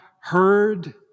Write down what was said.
heard